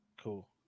Cool